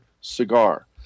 cigar